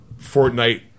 Fortnite